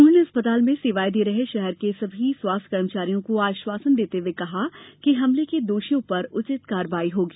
उन्होंने अस्पताल में सेवाए दे रहें शहर के समस्त स्वास्थ्य कर्मचारियों को आश्वासन देते हुए कहा कि हमले के दोषियों पर उचित कार्रवाई होगी